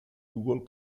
google